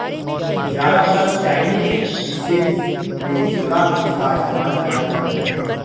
ज्यादातर Chinese dishes में शिमला मिर्च का इस्तेमाल किया जाता है